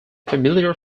familiar